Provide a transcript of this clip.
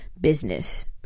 business